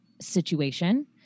situation